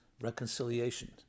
reconciliation